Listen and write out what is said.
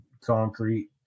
concrete